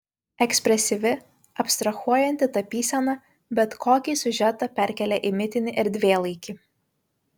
ekspresyvi abstrahuojanti tapysena bet kokį siužetą perkelia į mitinį erdvėlaikį